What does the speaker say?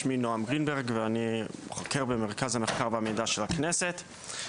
שמי נעם גרינברג ואני חוקר במרכז והמידע של הכנסת.